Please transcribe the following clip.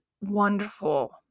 wonderful